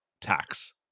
Tax